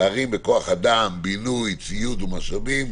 פערים בכוח אדם, בינוי, ציוד ומשאבים"